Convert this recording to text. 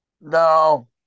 No